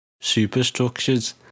superstructures